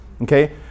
Okay